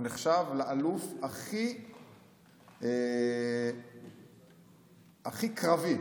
הוא נחשב לאלוף הכי קרבי,